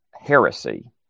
heresy